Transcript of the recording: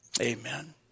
Amen